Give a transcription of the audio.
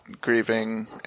grieving